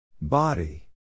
Body